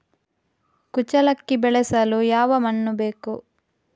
ಕುಚ್ಚಲಕ್ಕಿ ಬೆಳೆಸಲು ಯಾವ ಮಣ್ಣು ಬೇಕು?